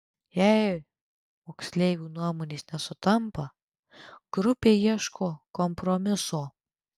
jei moksleivių nuomonės nesutampa grupė ieško kompromiso